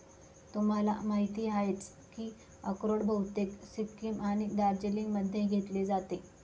तुम्हाला माहिती आहेच की अक्रोड बहुतेक सिक्कीम आणि दार्जिलिंगमध्ये घेतले जाते